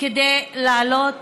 כדי לעלות